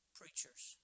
preachers